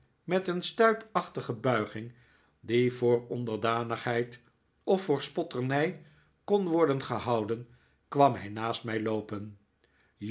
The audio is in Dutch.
met een stuipachtige buiging die voor onderdanigheid of voor spotternij kon worden gehouden kwam hij naast mij loopen